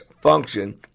function